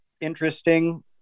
interesting